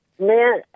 Man